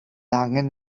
angen